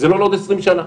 זה לא לעוד 20 שנה.